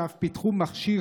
שאף פיתחו מכשיר,